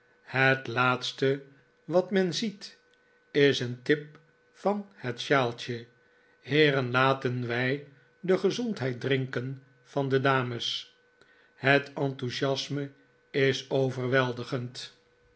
het laatste wat men ziet is een tip van het shawltje heeren laten wij de gezondheid drinken van de dames het enthousiasme is overweldigend